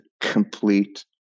complete